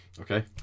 Okay